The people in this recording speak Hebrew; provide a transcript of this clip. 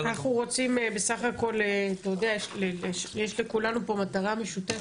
לכולנו יש מטרה משותפת.